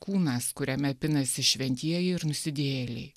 kūnas kuriame pinasi šventieji ir nusidėjėliai